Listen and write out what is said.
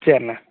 சேரிண்ண